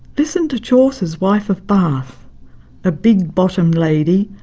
listen to chaucer's wife of bath a big-bottomed lady,